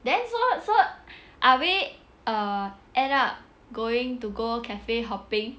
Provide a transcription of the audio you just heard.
then so so are we uh end up going to go cafe hopping